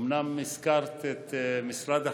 אומנם הזכרת את משרד החינוך,